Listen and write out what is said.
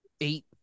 Eight